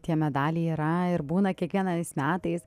tie medaliai yra ir būna kiekvienais metais